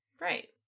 Right